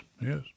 yes